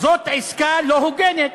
זאת עסקה לא הוגנת.